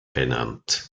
benannt